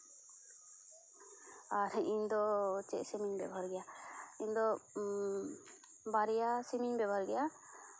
ᱟᱨ ᱤᱧ ᱫᱚ ᱪᱮᱫ ᱥᱤᱢᱤᱧ ᱵᱮᱵᱚᱦᱟᱨ ᱜᱮᱭᱟ ᱤᱧ ᱫᱚ ᱵᱟᱨᱭᱟ ᱥᱤᱢᱤᱧ ᱵᱮᱵᱚᱦᱟᱨ ᱜᱮᱭᱟ